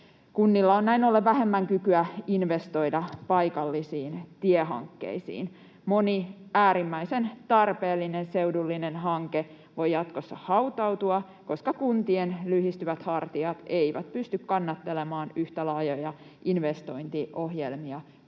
Kunnilla on näin ollen vähemmän kykyä investoida paikallisiin tiehankkeisiin. Moni äärimmäisen tarpeellinen seudullinen hanke voi jatkossa hautautua, koska kuntien lyyhistyvät hartiat eivät pysty kannattelemaan yhtä laajoja investointiohjelmia kuin